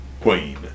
queen